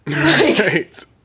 Right